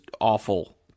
awful